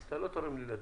אתה לא תורם לי לדיון.